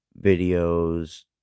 videos